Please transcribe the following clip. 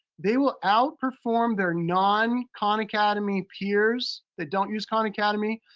they will outperform their non khan academy peers that don't use khan academy,